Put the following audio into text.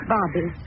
Bobby